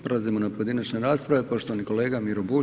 Prelazimo na pojedinačne rasprave, poštovani kolega Miro Bulj.